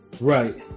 Right